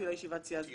קודם?